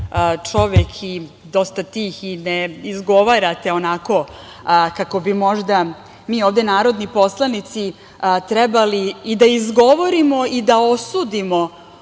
čovek, i dosta tih i ne odgovarate onako možda kako bi mi ovde narodni poslanici trebali da izgovorimo i da osudimo